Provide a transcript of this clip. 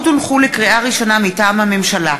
לקריאה ראשונה, מטעם הממשלה: